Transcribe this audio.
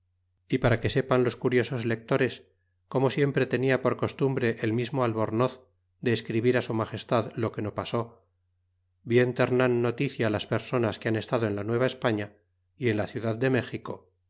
y para que sepan los curiotitos letores como siempre tenia por costumbre el mismo albornoz de escribir á su magestad lo que no pasó bien ternan noticia las personas que han estado en la nueva españa y en la ciudad de méxico